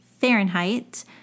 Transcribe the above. Fahrenheit